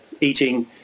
eating